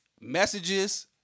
messages